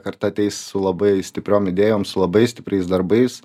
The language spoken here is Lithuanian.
karta ateis su labai stipriom idėjom su labai stipriais darbais